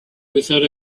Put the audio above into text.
without